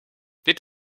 dit